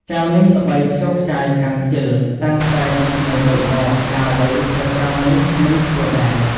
ចៅនេះល្បីខ្ចរខ្ចាយខាងខ្ជិល តាំងតែពីក្មេងតូចមក ការអ្វីក៏ចៅនេះមិនធ្វើដែរ